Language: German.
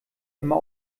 immer